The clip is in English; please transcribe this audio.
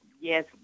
Yes